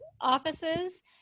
offices